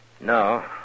No